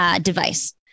device